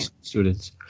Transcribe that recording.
students